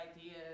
ideas